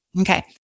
Okay